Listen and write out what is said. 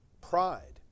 Pride